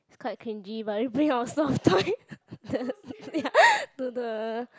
it's quite cringy but we bring our stuffed toy to the